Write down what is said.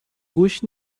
گوش